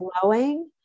flowing